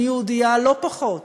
אני יהודייה לא פחות